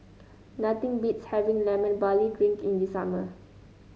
nothing beats having Lemon Barley Drink in the summer